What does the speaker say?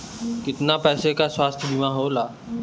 कितना पैसे का स्वास्थ्य बीमा होला?